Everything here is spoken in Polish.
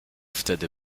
wtedy